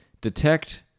detect